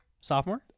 Sophomore